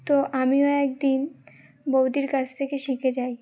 তো আমিও একদিন বৌদির কাছ থেকে শিখে যাই